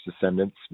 Descendants